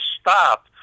stop